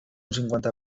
cinquanta